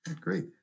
Great